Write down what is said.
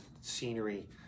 scenery